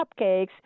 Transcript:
cupcakes